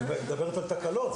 היא מדברת על תקלות.